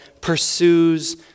pursues